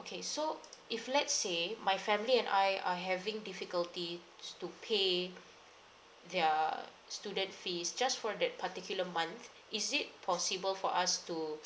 okay so if let's say my family and I are having difficulties to pay their student fees just for that particular month is it possible for us to